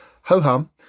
ho-hum